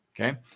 Okay